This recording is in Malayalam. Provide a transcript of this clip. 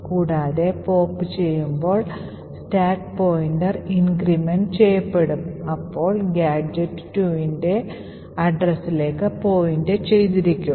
കൂടാതെ pop ചെയ്യുമ്പോൾ സ്റ്റാക്ക് പോയിന്റർ ഇൻഗ്രിമെൻറ് ചെയ്യപ്പെടും അപ്പോൾ ഗാഡ്ജെറ്റ് 2 ന്റെ address ലേക്ക് പോയിന്റു ചെയ്തിരിക്കും